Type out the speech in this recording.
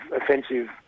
offensive